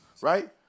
Right